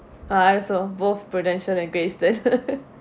uh I also both Prudential and Great Eastern